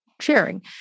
sharing